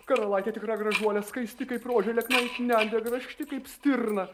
karalaitė tikra gražuolė skaisti kaip rožė liekna it nendrė grakšti kaip stirna